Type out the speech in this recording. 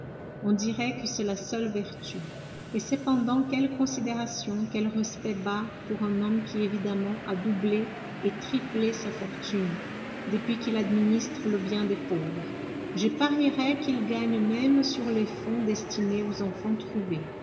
on dirait que c'est la seule vertu et cependant quelle considération quel respect bas pour un homme qui évidemment a doublé et triplé sa fortune depuis qu'il administre le bien des pauvres je parierais qu'il gagne même sur les fonds destinés aux enfants trouvés